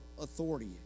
authority